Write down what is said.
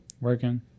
Working